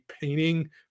painting